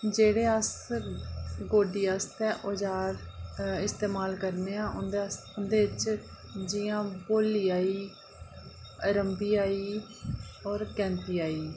जेह्ड़े अस गोड्डी आस्तै औजार इस्तेमाल करने आं उं'दे अस उं'दे च जि'यां बोह्ल्ली आई गेई रम्बी आई गेई और गैंथी आई गेई